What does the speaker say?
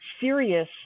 serious